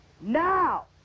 Now